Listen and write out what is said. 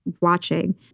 watching